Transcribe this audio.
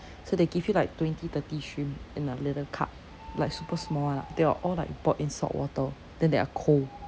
so they give you like twenty thirty shrimp in a little cup like super small [one] lah they are all like boiled in salt water then they are cold